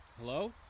hello